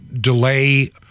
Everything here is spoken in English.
delay